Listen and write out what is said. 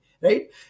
right